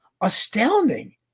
astounding